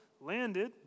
landed